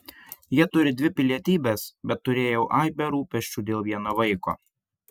jie turi dvi pilietybes bet turėjau aibę rūpesčių dėl vieno vaiko